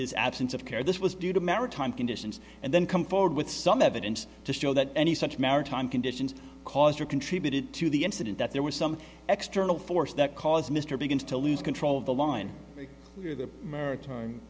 his absence of care this was due to maritime conditions and then come forward with some evidence to show that any such maritime conditions caused or contributed to the incident that there was some external force that caused mr begins to lose control of the law and make sure the maritime